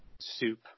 soup